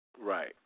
Right